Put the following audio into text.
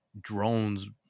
drones